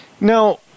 Now